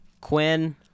Quinn